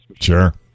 Sure